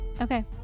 Okay